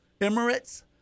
Emirates